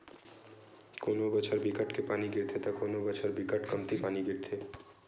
कोनो बछर बिकट के पानी गिरथे त कोनो बछर बिकट कमती पानी गिरथे